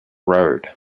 road